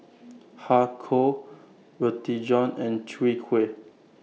Har Kow Roti John and Chwee Kueh